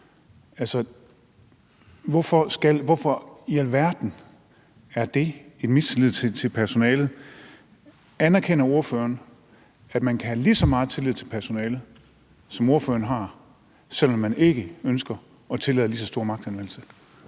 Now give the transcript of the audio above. Hvorfor i alverden er det udtryk for mistillid til personalet? Anerkender ordføreren, at man kan have lige så meget tillid til personalet, som ordføreren har, selv om man ikke ønsker at tillade lige så stor magtanvendelse?